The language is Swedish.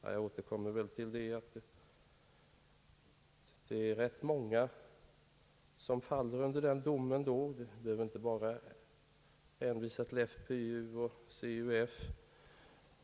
Jag återkommer till att det är rätt många som i så fall faller under den domen. Man behöver inte bara hänvisa till FPU och CUF